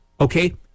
Okay